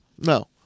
No